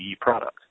product